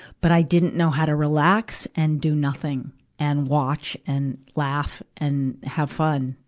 but i didn't know how to relax and do nothing and watch and laugh and have fun.